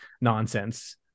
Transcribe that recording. nonsense